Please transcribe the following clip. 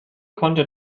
konnte